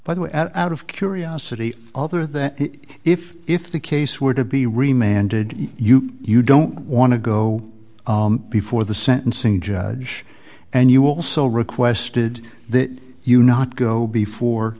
by the way out of curiosity other that if if the case were to be remained did you you don't want to go before the sentencing judge and you also requested that you not go before